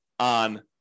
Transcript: on